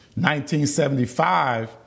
1975